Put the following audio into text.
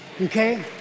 Okay